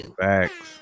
Facts